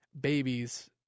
babies